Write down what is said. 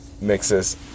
mixes